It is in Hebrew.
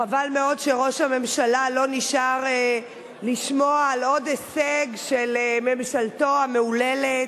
חבל מאוד שראש הממשלה לא נשאר לשמוע על עוד הישג של ממשלתו המהוללת.